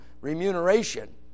remuneration